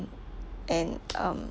and um